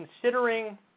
considering